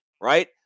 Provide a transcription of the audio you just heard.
right